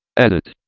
edit.